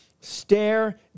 Stare